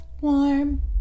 warm